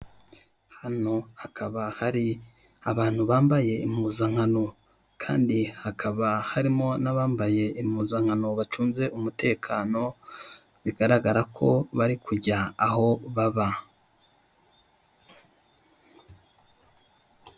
Hano hakaba hari abantu bambaye impuzankano kandi hakaba harimo na bambaye impuzankano bacunze umutekano bigaragara ko bari kujya aho baba.